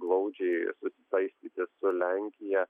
glaudžiai susisaistyti su lenkija